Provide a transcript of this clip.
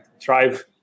drive